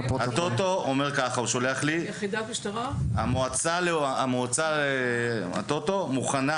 הטוטו שולח לי והוא אומר כך: המועצה לטוטו מוכנה